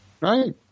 Right